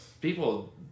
people